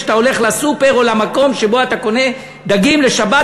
כשאתה הולך לסופר או למקום שבו אתה קונה דגים לשבת,